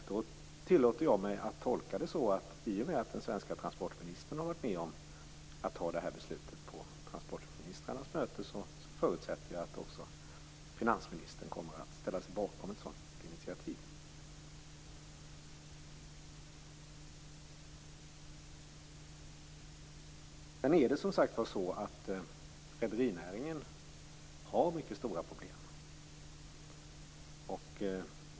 Jag tillåter mig att tolka det så att i och med att den svenska transportministern har varit med om att fatta beslut på transportministrarnas möte, förutsätter jag att finansministern kommer att ställa sig bakom ett sådant initiativ. Rederinäringen har stora problem.